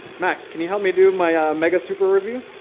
matt, can you help me do my mega super review?